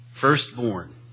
firstborn